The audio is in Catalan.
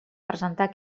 presentar